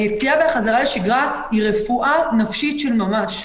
היציאה והחזרה לשגרה היא רפואה נפשית של ממש.